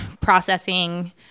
processing